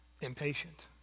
impatient